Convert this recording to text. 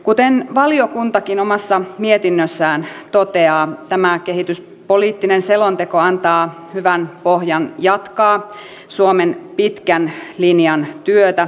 kuten valiokuntakin omassa mietinnössään toteaa tämä kehityspoliittinen selonteko antaa hyvän pohjan jatkaa suomen pitkän linjan työtä